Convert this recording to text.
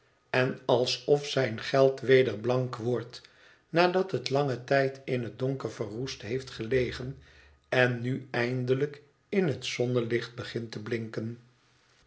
n alsof zijn geld weder blank wordt nadat het langen tijd in het donker verroest heeft gelegen en nu eindelijk in het zonnelicht begint te blinken